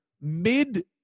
mid-